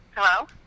Hello